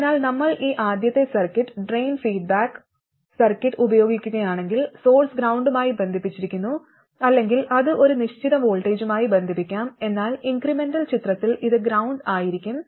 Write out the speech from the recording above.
അതിനാൽ നമ്മൾ ഈ ആദ്യത്തെ സർക്യൂട്ട് ഡ്രെയിൻ ഫീഡ്ബാക്ക് സർക്യൂട്ട് ഉപയോഗിക്കുകയാണെങ്കിൽ സോഴ്സ് ഗ്രൌണ്ടുമായി ബന്ധിപ്പിച്ചിരിക്കുന്നു അല്ലെങ്കിൽ അത് ഒരു നിശ്ചിത വോൾട്ടേജുമായി ബന്ധിപ്പിക്കാം എന്നാൽ ഇൻക്രെമെന്റൽ ചിത്രത്തിൽ ഇത് ഗ്രൌണ്ട് ആയിരിക്കും